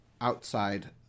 outside